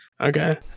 Okay